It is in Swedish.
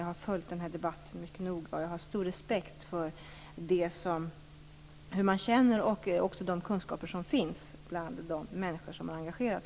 Jag har följt denna debatt mycket noga, och jag har stor respekt för hur de människor som har engagerat sig i dessa frågor känner och för de kunskaper som de har.